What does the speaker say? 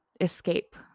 escape